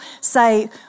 say